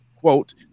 Quote